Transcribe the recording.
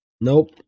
Nope